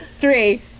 Three